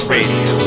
Radio